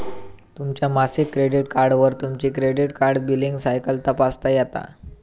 तुमच्या मासिक क्रेडिट कार्डवर तुमची क्रेडिट कार्ड बिलींग सायकल तपासता येता